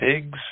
pigs